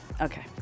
Okay